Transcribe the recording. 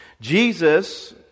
Jesus